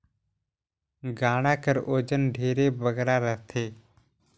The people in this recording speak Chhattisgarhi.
गाड़ा कर ओजन ढेरे बगरा रहथे